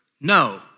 No